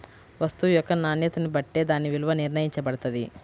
వస్తువు యొక్క నాణ్యతని బట్టే దాని విలువ నిర్ణయించబడతది